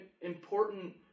important